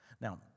Now